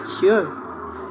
sure